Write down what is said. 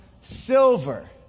silver